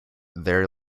there